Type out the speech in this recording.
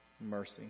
mercy